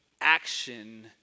action